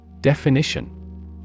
Definition